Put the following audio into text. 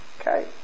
Okay